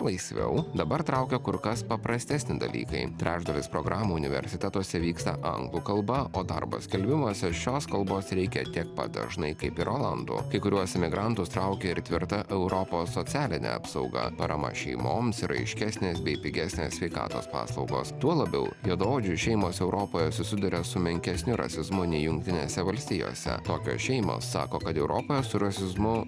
laisviau dabar traukia kur kas paprastesni dalykai trečdalis programų universitetuose vyksta anglų kalba o darbo skelbimuose šios kalbos reikia tiek pat dažnai kaip ir olandų kai kuriuos emigrantus traukia ir tvirta europos socialinė apsauga parama šeimoms ir aiškesnės bei pigesnės sveikatos paslaugos tuo labiau juodaodžių šeimos europoje susiduria su menkesniu rasizmu nei jungtinėse valstijose tokios šeimos sako kad europoje su rasizmu